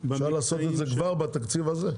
אפשר לעשות את זה כבר בתקציב הזה.